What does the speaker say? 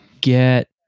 get